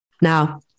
Now